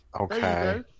Okay